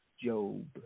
Job